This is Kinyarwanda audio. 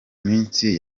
minsi